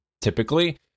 typically